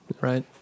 Right